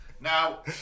Now